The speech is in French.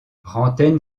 rantaine